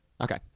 Okay